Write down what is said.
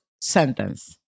sentence